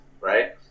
Right